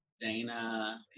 Dana